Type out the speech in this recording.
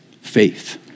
Faith